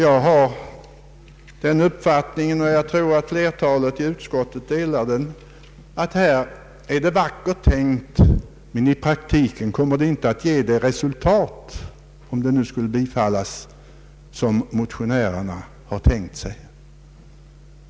Jag har den uppfattningen, och jag tror flertalet i utskottet delar den, att här är det vackert tänkt, men om yrkandet skulle bifallas skulle det i praktiken inte alls ge det resultat motionärerna tänkt sig.